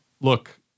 look